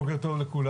בוקר טוב לכולם.